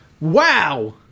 Wow